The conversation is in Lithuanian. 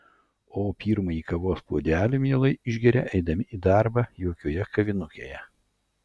o pirmąjį kavos puodelį mielai išgeria eidami į darbą jaukioje kavinukėje